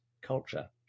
culture